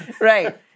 right